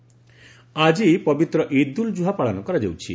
ଇଦ୍ ଉଲ୍ ଜୁହା ଆକି ପବିତ୍ର ଇଦ୍ ଉଲ୍ କୁହା ପାଳନ କରାଯାଉଛି